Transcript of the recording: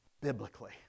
biblically